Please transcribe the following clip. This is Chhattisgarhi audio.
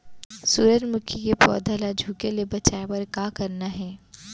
सूरजमुखी के पौधा ला झुके ले बचाए बर का करना हे?